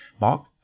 Mark